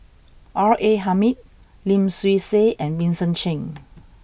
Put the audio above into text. R A Hamid Lim Swee Say and Vincent Cheng